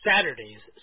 Saturdays